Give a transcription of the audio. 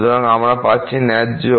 সুতরাং আমরা পাচ্ছি ন্যায্য